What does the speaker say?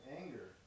anger